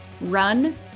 run